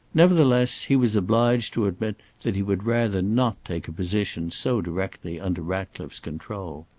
nevertheless, he was obliged to admit that he would rather not take a position so directly under ratcliffe's control.